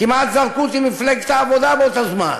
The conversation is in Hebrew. כמעט זרקו אותי ממפלגת העבודה באותו זמן,